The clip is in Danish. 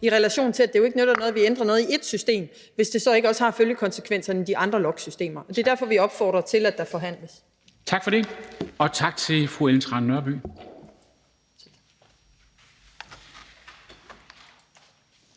i relation til at det jo ikke nytter noget, at vi ændrer noget i ét system, hvis det så ikke også har konsekvenser i de andre logsystemer, og det er derfor, vi opfordrer til, at der forhandles. Kl. 10:50 Formanden (Henrik